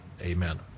Amen